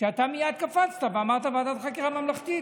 שאתה מייד קפצת ואמרת "ועדת חקירה ממלכתית".